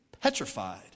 petrified